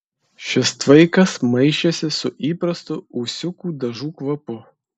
šis tvaikas maišėsi su įprastu ūsiukų dažų kvapu